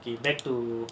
you back to